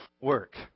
work